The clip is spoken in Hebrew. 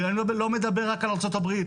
ואני לא מדבר רק על ארצות הברית,